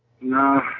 No